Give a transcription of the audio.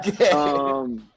Okay